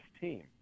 team